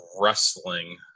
wrestling